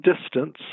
distance